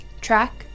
track